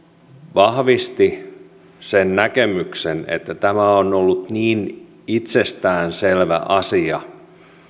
vahvisti sen näkemyksen että ylen riippumattomuus on ollut niin itsestään selvä asia